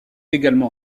également